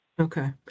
Okay